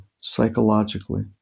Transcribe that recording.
psychologically